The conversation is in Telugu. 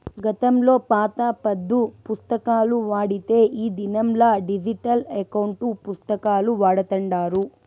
గతంలో పాత పద్దు పుస్తకాలు వాడితే ఈ దినంలా డిజిటల్ ఎకౌంటు పుస్తకాలు వాడతాండారు